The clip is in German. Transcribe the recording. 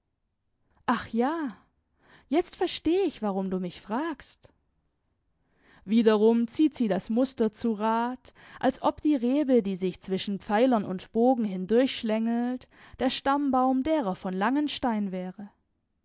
ach ja jetzt versteh ich warum du mich fragst wiederum zieht sie das muster zu rat als ob die rebe die sich zwischen pfeilern und bogen hindurch schlängelt der stammbaum derer von langenstein wäre